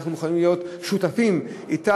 אנחנו מוכנים להיות שותפים אתך,